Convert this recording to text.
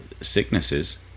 sicknesses